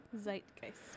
zeitgeist